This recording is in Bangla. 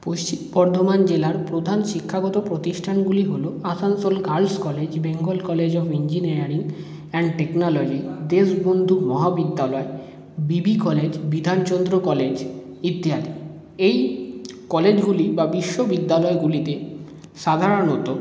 পশ্চিম বর্ধমান জেলার প্রধান শিক্ষাগত প্রতিষ্ঠানগুলি হল Asansol girls college Bengal college of engineering and technology Deshbandhu Mahavidyalaya BB college Bidhanchandra college ইত্যাদি এই কলেজগুলি বা বিশ্ববিদ্যালয়গুলিতে সাধারণত